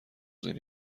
زیر